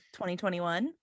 2021